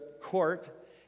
court